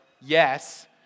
yes